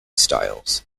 styles